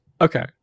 okay